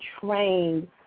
trained